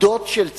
אוגדות של צה"ל,